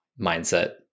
mindset